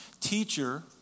Teacher